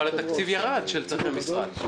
אבל התקציב של צרכי משרד ירד,